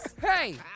Hey